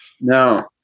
No